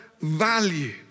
value